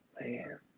man